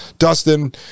dustin